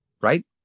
right